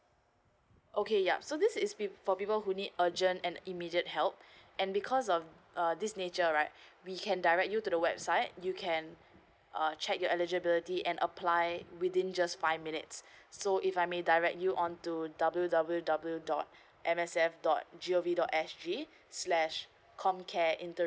okay yup so this is pe~ for people who need urgent and immediate help and because of uh this nature right we can direct you to the website you can uh check your eligibility and apply within just five minutes so if I may direct you onto W W W dot M S F dot G_O_V dot S_G slash comcare interim